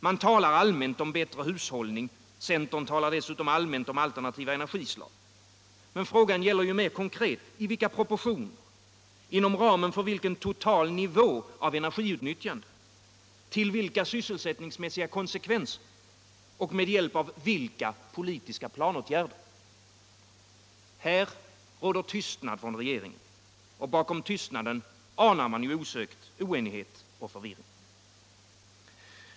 Man talar allmänt om bättre hushållning, centern talar dessutom allmänt om aliernativa energislag. Men frågan gäller ju mer konkret: I vilka proportuioner? Inom ramen för vilken total nivå av energiutnyttjande? Till vilka Om regeringens linje i kärnkraftsfrågan planåtgärder? Här råder tystnad från regeringen. Bakom tystnaden anar man osökt oenighet och förvirring.